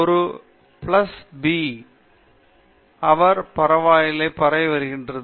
ஒரு plus b plus b அவர் பரவலாக பரவி வருகிறது